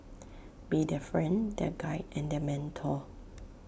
be their friend their guide and their mentor